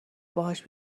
باهاش